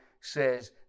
says